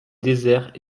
désert